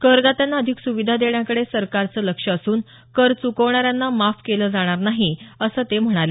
करदात्यांना अधिक सुविधा देण्याकडे सरकारचं लक्ष असून कर च्कवणाऱ्यांना माफ केलं जाणार नाही असं ते म्हणाले